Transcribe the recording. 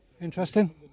Interesting